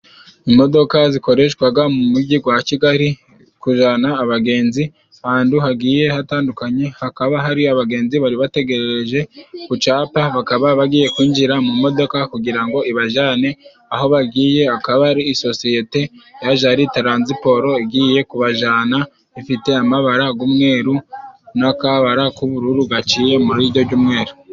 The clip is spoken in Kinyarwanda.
Imodoka zikoreshwaga mu mujyi gwa kigali, kujana abagenzi ahantu hagiye hatandukanye hakaba hari abagenzi bari bategereje kucapa, bakaba bagiye kwinjira mu modoka, kugira ngo ibajyane aho bagiye akaba ari isosiyete yaje haritaransiporo igiye kubana, ifite amabara umweru n'akabara k'ubururu, gaciye muri ibyo byumweru.